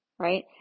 Right